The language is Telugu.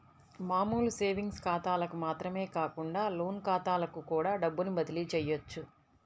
మామూలు సేవింగ్స్ ఖాతాలకు మాత్రమే కాకుండా లోన్ ఖాతాలకు కూడా డబ్బుని బదిలీ చెయ్యొచ్చు